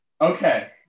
Okay